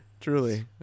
Truly